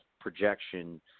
projection